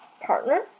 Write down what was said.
partner